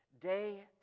day